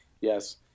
yes